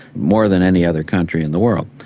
more than any other country in the world.